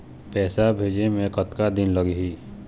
पैसा भेजे मे कतका दिन लगही?